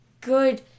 good